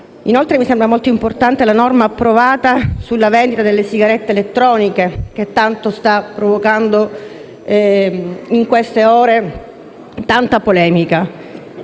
Inoltre, mi sembra molto importante la norma approvata sulla vendita delle sigarette elettroniche, che in queste ore sta provocando molta polemica.